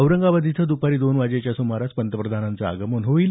औरंगाबाद इथं दुपारी दोन वाजेच्या सुमारास पंतप्रधानांचं आगमन होईल